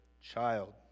child